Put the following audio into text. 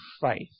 faith